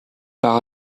par